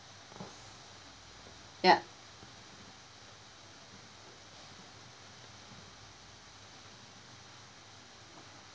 ya